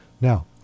Now